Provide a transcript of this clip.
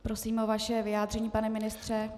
Prosím o vaše vyjádření, pane ministře.